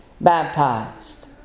baptized